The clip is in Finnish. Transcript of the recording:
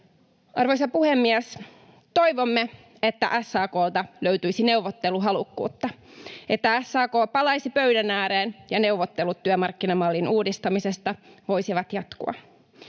Arvoisa puhemies! Toivomme, että SAK:lta löytyisi neuvotteluhalukkuutta, että SAK palaisi pöydän ääreen ja neuvottelut työmarkkinamallin uudistamisesta voisivat jatkua.